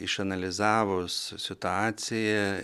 išanalizavus situaciją